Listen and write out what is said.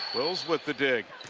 wills with the dig.